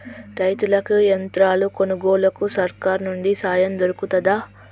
రైతులకి యంత్రాలు కొనుగోలుకు సర్కారు నుండి సాయం దొరుకుతదా?